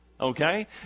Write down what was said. Okay